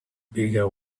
bigger